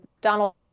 donald